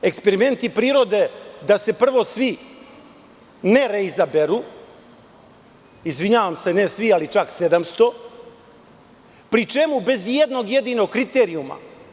Eksperimenata prirode da se prvo svi nereizaberu, izvinjavam se, ne svi ali čak 700, pri čemu bez ijednog jedinog kriterijuma.